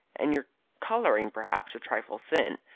and your colouring perhaps a trifle thin.